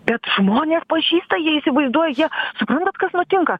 bet žmonės pažįsta jie įsivaizduoja jie suprantat kas nutinka